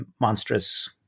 monstrous